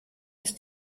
ist